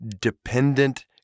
dependent